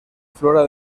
flora